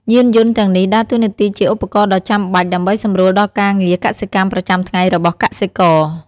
យានយន្តទាំងនេះដើរតួនាទីជាឧបករណ៍ដ៏ចាំបាច់ ដើម្បីសម្រួលដល់ការងារកសិកម្មប្រចាំថ្ងៃរបស់កសិករ។